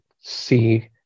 see